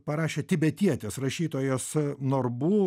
parašė tibetietės rašytojos a norbu